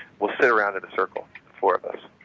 we'll sit around in a circle, four of us,